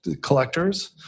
collectors